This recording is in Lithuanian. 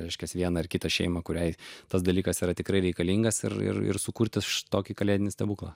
reiškiantis vieną ar kitą šeimą kuriai tas dalykas yra tikrai reikalingas ir ir sukurti tokį kalėdinį stebuklą